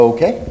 Okay